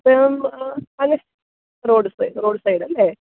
അപ്പോള് road side road സൈഡല്ലേ